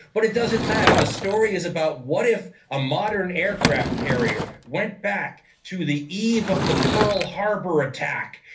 but it doesn't matter. the story is about what if a modern aircraft carrier went back to the eve of the pearl harbor attack.